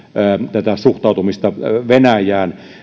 tätä suhtautumista venäjään